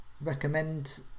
recommend